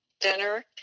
dinner